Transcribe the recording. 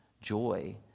joy